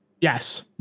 Yes